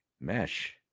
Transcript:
Mesh